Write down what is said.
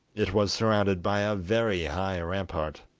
it was surrounded by a very high rampart,